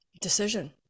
Decision